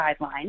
guidelines